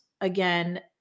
again